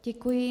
Děkuji.